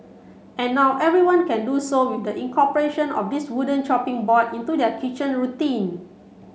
and now everyone can do so would incorporation of this wooden chopping board into their kitchen routine